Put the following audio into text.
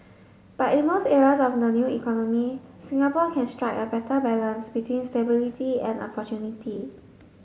but in most areas of the new economy Singapore can strike a better balance between stability and opportunity